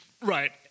Right